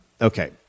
okay